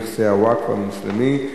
בנושא: נכסי הווקף המוסלמי,